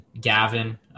Gavin